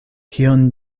kion